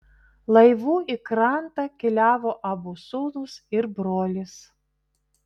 laivu į krantą keliavo abu sūnūs ir brolis